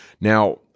Now